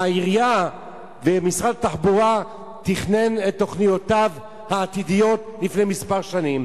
העירייה ומשרד התחבורה תכנן את תוכניותיו העתידיות לפני מספר שנים,